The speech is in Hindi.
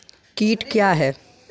कीट क्या है?